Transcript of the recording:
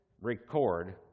record